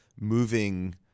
moving